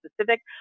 specific